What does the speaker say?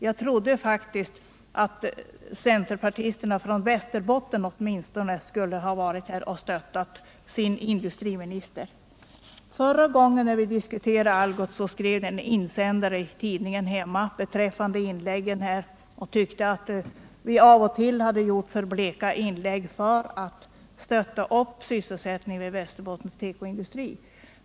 Jag trodde faktiskt att åtminstone centerpartisterna från Västerbotten skulle ha varit här. Förra gången när vi diskuterade Algots skrevs en insändare därhemma om inläggen. Författaren tyckte att vi av och till hade gjort för bleka inlägg för att stötta upp sysselsättningen i Västerbottens tekoindustri.